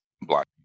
Black